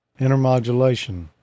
intermodulation